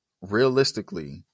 Realistically